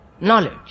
Knowledge